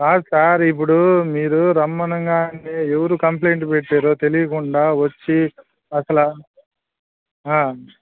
కాదు సార్ ఇప్పుడు మీరు రమ్మనంగానే ఎవరు కంప్లైంట్ పెట్టారో తెలియకుండా వచ్చి అసలా